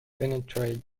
penetrate